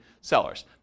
sellers